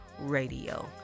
Radio